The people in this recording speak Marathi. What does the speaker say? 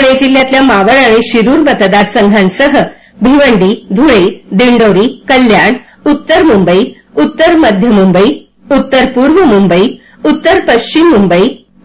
पुणे जिल्ह्यातल्या मावळ आणि शिरूर मतदारसंघांसह भिवंडीधुळेदिंडोरीकल्याणउत्तर मुंबई उत्तर मध्य मुंबई उत्तर पूर्व मुंबई उत्तर पश्विम मुंबई